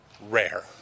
rare